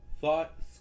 thought